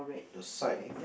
the side